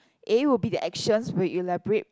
A would the actions will elaborate